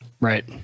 Right